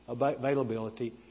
availability